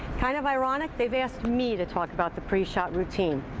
kind of ironic, they've asked me to talk about the pre-shot routine.